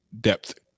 depth